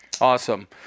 awesome